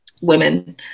women